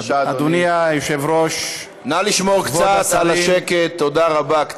נא לשמור קצת על השקט, תודה רבה.